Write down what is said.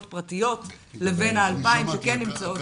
פרטיות לבין ה-2,000 שכן נמצאות --- לא,